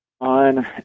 on